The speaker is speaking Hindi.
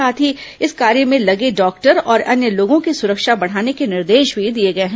साथ ही इस कार्य में लगे डॉक्टर और अन्य लोगों की सुरक्षा बढ़ाने के निर्देश भी दिए गए हैं